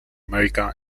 america